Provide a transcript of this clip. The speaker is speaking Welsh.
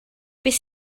beth